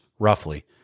roughly